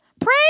pray